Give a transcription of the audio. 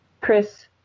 Chris